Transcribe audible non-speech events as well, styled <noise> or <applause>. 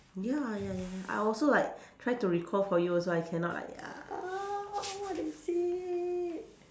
ya ya ya I also like <breath> try to recall for you also I cannot like ah what is it